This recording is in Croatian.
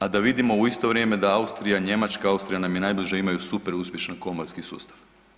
A da vidimo u isto vrijeme da Austrija, Njemačka, Austrija nam je najbliža imaju super uspješan komorski sustav.